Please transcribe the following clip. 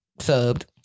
Subbed